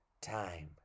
time